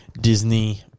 Disney